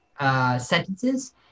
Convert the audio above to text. sentences